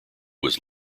was